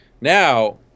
now